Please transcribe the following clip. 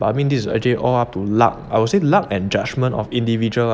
but I mean this is actually all up to luck I would say luck and judgment of individual lah